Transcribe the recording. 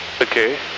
Okay